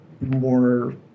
more